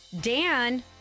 Dan